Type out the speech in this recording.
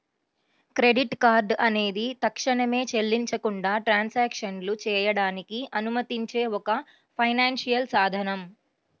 credit card అనేది తక్షణమే చెల్లించకుండా ట్రాన్సాక్షన్లు చేయడానికి అనుమతించే ఒక ఫైనాన్షియల్ సాధనం